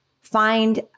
find